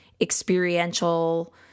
experiential